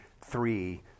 three